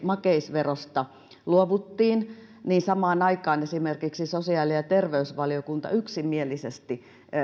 makeisverosta luovuttiin niin samaan aikaan esimerkiksi sosiaali ja terveysvaliokunta yksimielisesti